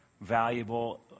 valuable